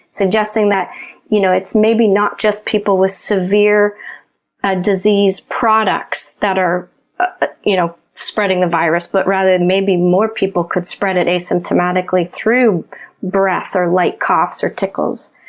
suggesting that you know it's maybe not just people with severe ah disease products that are but you know spreading the virus, but rather and maybe more people could spread it asymptomatically through breath, or light coughs, or tickles.